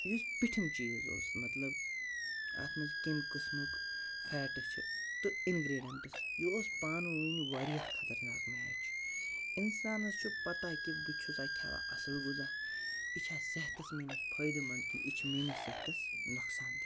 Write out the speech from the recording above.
یُس پیٚٹھِم چیٖز اوس مطلب اَتھ منٛز کمہِ قٕسمُک فیٹٕس چھِ تہٕ اِنگرٛیٖڈَنٹٕز یہِ اوس پانہٕ ؤنۍ واریاہ خطرناک میچ اِنسانَس چھُ پَتہ کہِ بہٕ چھُسہَ کھٮ۪وان اَصٕل غذا یہِ چھا صحتَس میٛٲنِس فٲیِدٕ منٛد کِنہٕ یہِ چھِ میٛٲنِس صحتَس نۄقصان دِہ